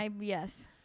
yes